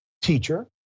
Teacher